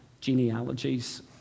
genealogies